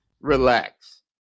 Relax